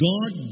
God